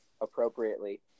appropriately